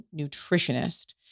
nutritionist